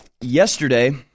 yesterday